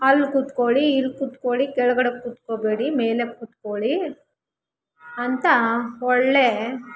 ಅಲ್ಲಿ ಕೂತ್ಕೊಳ್ಳಿ ಇಲ್ಲಿ ಕೂತ್ಕೊಳ್ಳಿ ಕೆಳಗಡೆ ಕೂತ್ಕೊಳ್ಬೇಡಿ ಮೇಲೆ ಕೂತ್ಕೊಳ್ಳಿ ಅಂತ ಒಳ್ಳೆ